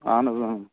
اَہَن حظ